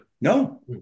No